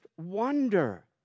wonder